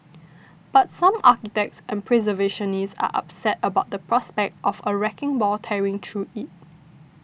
but some architects and preservationists are upset about the prospect of a wrecking ball tearing through it